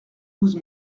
douze